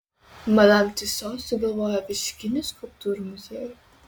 madam tiuso sugalvojo vaškinių skulptūrų muziejų